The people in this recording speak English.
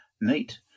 Neat